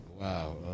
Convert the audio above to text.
Wow